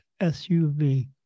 SUV